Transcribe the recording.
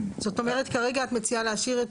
זאת אומרת, כרגע את מציעה להשאיר את